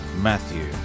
matthew